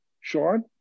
Sean